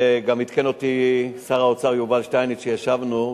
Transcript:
גם עדכן אותי שר האוצר יובל שטייניץ כשישבנו,